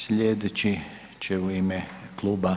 Slijedeći će u ime Kluba